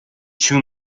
two